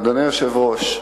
אדוני היושב-ראש,